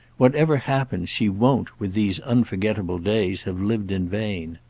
whatever happens, she won't, with these unforgettable days, have lived in vain.